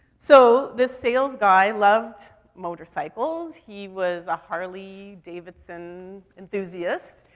so this sales guy loved motorcycles. he was a harley-davidson enthusiast.